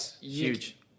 huge